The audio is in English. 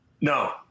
No